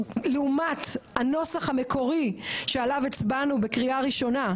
לעומת הנוסח המקורי שעליו הצבענו בקריאה ראשונה,